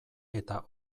eta